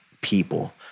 people